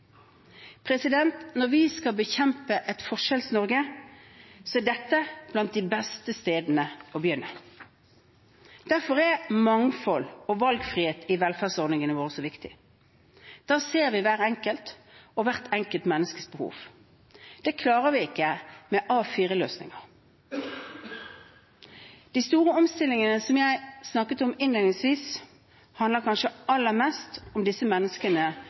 Når vi skal bekjempe et Forskjells-Norge, er dette blant de beste stedene å begynne. Derfor er mangfold og valgfrihet i velferdsordningene våre så viktig. Da ser vi hver enkelt og hvert enkelt menneskes behov. Det klarer vi ikke med A4-løsninger. De store omstillingene som jeg snakket om innledningsvis, handler kanskje aller mest om disse menneskene,